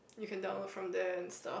you can download from there and stuff